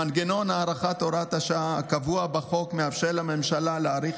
מנגנון הארכת הוראת השעה הקבוע בחוק מאפשר לממשלה להאריך